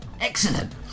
excellent